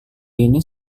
ini